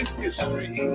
history